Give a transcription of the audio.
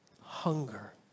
hunger